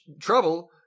trouble